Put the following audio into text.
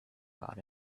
about